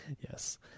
Yes